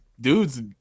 Dudes